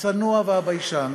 הצנוע והביישן